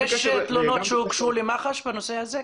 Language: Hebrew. יש תלונות שהוגשו למח"ש בנושא הזה?